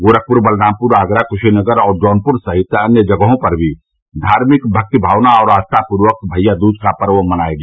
गोरखपुर बलरामपुर आगरा क्शीनगर और जौनपुर सहित अन्य जगहों पर भी धार्मिक भक्ति भावना और आस्था पूर्वक भइया दूज का पर्व मनाया गया